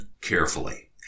carefully